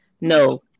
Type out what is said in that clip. No